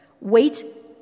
wait